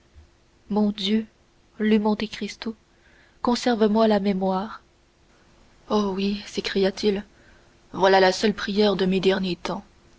mon dieu lut monte cristo conservez moi la mémoire oh oui s'écria-t-il voilà la seule prière de mes derniers temps